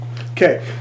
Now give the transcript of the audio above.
Okay